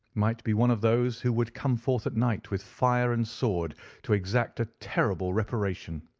might be one of those who would come forth at night with fire and sword to exact a terrible reparation.